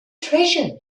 treasure